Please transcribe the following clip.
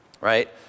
right